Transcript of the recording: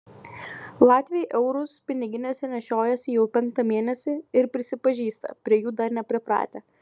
latviai eurus piniginėse nešiojasi jau penktą mėnesį ir prisipažįsta prie jų dar nepripratę